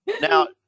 Now